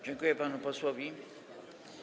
Dziękuję panu posłowi.